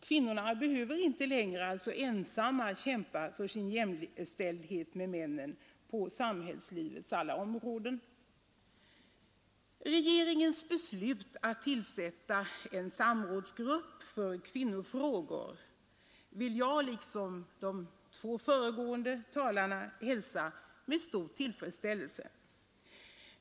Kvinnorna behöver alltså inte längre ensamma kämpa för sin jämställdhet med männen på samhällslivets alla områden. Regeringens beslut att tillsätta en samrådsgrupp för kvinnofrågor vill jag liksom de två föregående talarna hälsa med tillfredsställelse.